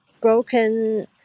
broken